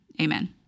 amen